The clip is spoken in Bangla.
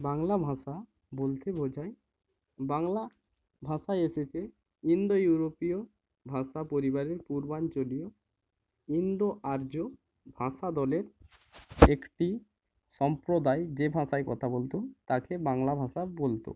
বাংলা ভাষা বলতে বোঝায় বাংলা ভাষা এসেছে ইন্দো ইউরোপীয় ভাষা পরিবারের পূর্বাঞ্চলীয় ইন্দো আর্য ভাষা দলের একটি সম্প্রদায় যে ভাষায় কথা বলতো তাকে বাংলা ভাষা বলতো